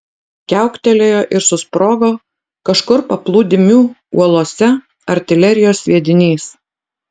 kiauktelėjo ir susprogo kažkur paplūdimių uolose artilerijos sviedinys